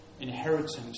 inheritance